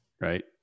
right